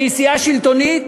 שהיא סיעה שלטונית,